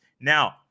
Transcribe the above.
now